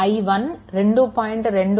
i1 2